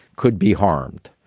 could be harmed.